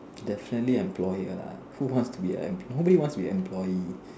definitely employer lah who want to nobody want to be an employee